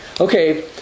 Okay